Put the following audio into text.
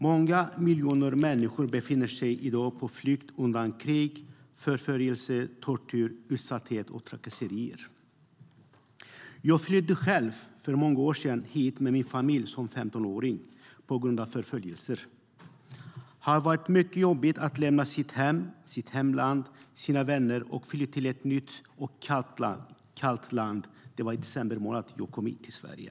Många miljoner människor befinner sig i dag på flykt undan krig, förföljelser, tortyr, utsatthet och trakasserier. Jag flydde själv hit som 15-åring med min familj på grund av förföljelser. Det var mycket jobbigt att lämna sitt hem, sitt hemland och sina vänner och fly till ett nytt, kallt land - det var i december månad jag kom hit till Sverige.